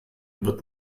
wird